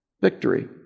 victory